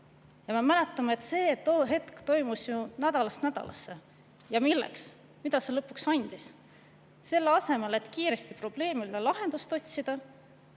Me mäletame, et see toimus tollal ju nädalast nädalasse. Ja milleks? Mida see lõpuks andis? Selle asemel, et kiiresti probleemidele lahendust otsida,